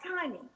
timing